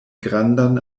grandan